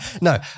No